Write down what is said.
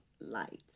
light